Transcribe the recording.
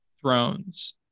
thrones